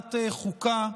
ועדת החוקה,